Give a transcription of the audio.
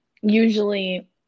usually